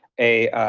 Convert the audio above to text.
a